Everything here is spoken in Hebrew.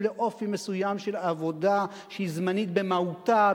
לאופי מסוים של עבודה שהיא זמנית במהותה,